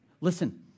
Listen